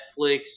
Netflix